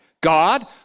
God